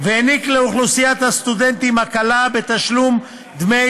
ומעניק לאוכלוסיית הסטודנטים הקלה בתשלום דמי